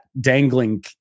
dangling